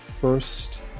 first